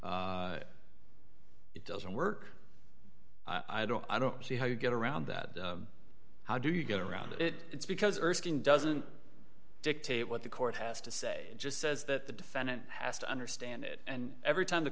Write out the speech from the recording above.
it doesn't work i don't i don't see how you get around that how do you get around it it's because it doesn't dictate what the court has to say it just says that the defendant has to understand it and every time the